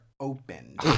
Opened